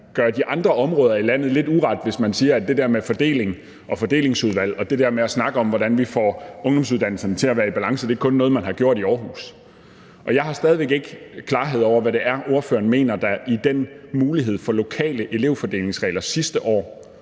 gør de andre områder i landet lidt uret, hvis man siger, at det der med fordeling og fordelingsudvalg og det der med at snakke om, hvordan vi får ungdomsuddannelserne til at være i balance, kun er noget, man har gjort i Aarhus. Jeg har stadig væk ikke klarhed over, hvad det er, ordføreren synes er fortrædeligt i den mulighed for lokale elevfordelingsregler fra sidste år,